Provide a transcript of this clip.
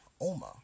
Oma